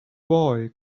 boy